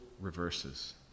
reverses